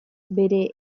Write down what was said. bere